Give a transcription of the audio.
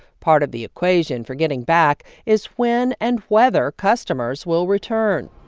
part of the equation for getting back is when and whether customers will return.